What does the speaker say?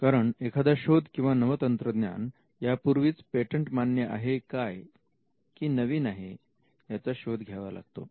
कारण एखादा शोध किंवा नवतंत्रज्ञान यापूर्वीच पेटंट मान्य आहे काय की नवीन आहे याचा शोध घ्यावा लागतो